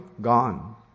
gone